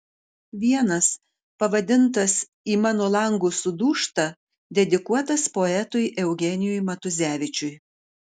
vienas pavadintas į mano langus sudūžta dedikuotas poetui eugenijui matuzevičiui